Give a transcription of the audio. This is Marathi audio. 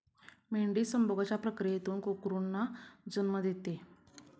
मेंढी संभोगाच्या प्रक्रियेतून कोकरूंना जन्म देते